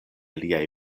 liaj